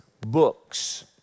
books